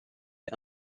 est